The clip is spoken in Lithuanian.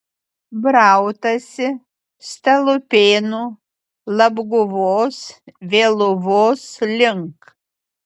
brautasi stalupėnų labguvos vėluvos link